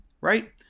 right